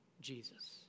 Jesus